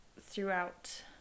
throughout